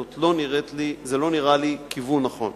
זה לא נראה לי כיוון נכון.